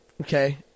Okay